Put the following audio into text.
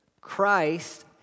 Christ